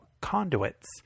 conduits